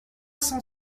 cent